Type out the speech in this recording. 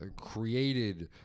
created